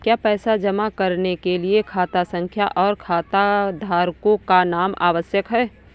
क्या पैसा जमा करने के लिए खाता संख्या और खाताधारकों का नाम आवश्यक है?